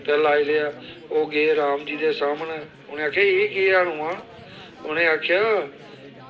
ते लाई लेआ ओह् गे राम जी दे सामनै उ'नें आखेआ एह् केह् ऐ हनुमान उ'नें आखेआ